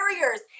barriers